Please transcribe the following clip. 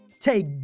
take